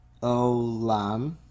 olam